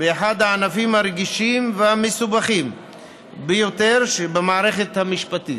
באחד הענפים הרגישים והמסובכים ביותר שבמערכת המשפטית.